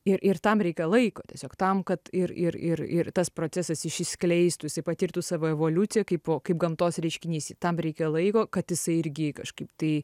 ir ir tam reika laiko tiesiog tam kad ir ir ir ir tas procesas išsiskleistų jisai patirtų savo evoliuciją kaipo kaip gamtos reiškinys tam reikia laiko kad jisai irgi kažkaip tai